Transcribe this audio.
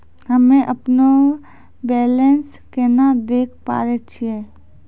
हम्मे अपनो बैलेंस केना देखे पारे छियै?